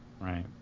Right